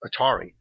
Atari